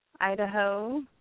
Idaho